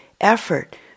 effort